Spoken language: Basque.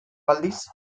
aldiz